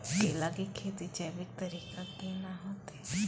केला की खेती जैविक तरीका के ना होते?